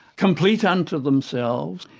complete unto themselves,